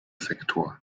sektor